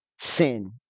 sin